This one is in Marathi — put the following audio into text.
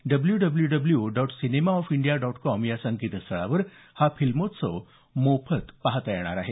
W W W dot cinema of India dot com या संकेतस्थळावर हा फिल्मोत्सव मोफत पाहता येणार आहे